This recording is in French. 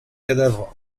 cadavres